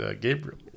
Gabriel